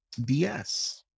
BS